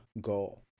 goal